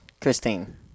Christine